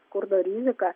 skurdo riziką